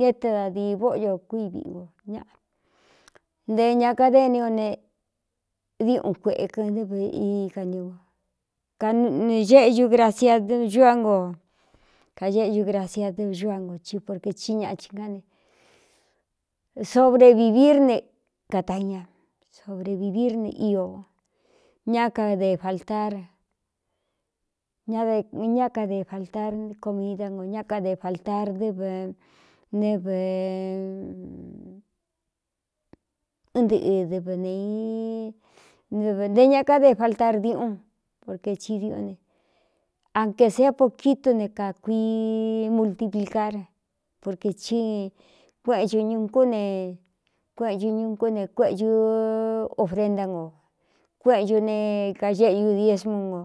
ñé t dadī vóꞌ yo kuívi nō ñaꞌa nte ña kadení o ne diuꞌun kuekɨn nɨv ikanɨne geꞌñu gracia ñuá ngo kageꞌñu gracia dɨ xúa ngo tí porqe tí ñaꞌa chīn ngá ne sobre vīviír ne kata ña sovre vīviír ne io ñá kad faltar ñ ñá kade faltar komida ngo ñá kade faltar ɨv né v ɨ ɨɨɨdɨv nvntē ña káde faltar diuꞌún porkē ti diuꞌún ne anqē sēé po kítu ne kakuii multiplicar porkē tí kueꞌenchu ñukú ne kueꞌenchu ñuꞌnkú ne kueꞌcu ofrenta ngo kueꞌenchu ne kaeꞌyu diésmú ngō.